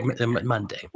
Monday